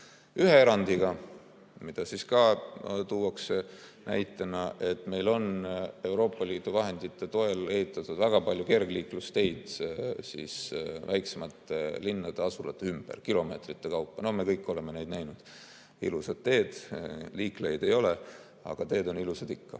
Ühe erandiga, mida ka tuuakse näitena, et meil on Euroopa Liidu vahendite toel ehitatud väga palju kergliiklusteid väiksemate linnade ja asulate ümber, kilomeetrite kaupa. Me kõik oleme neid näinud. Ilusad teed. Liiklejaid ei ole, aga teed on ilusad ikka.